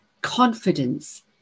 confidence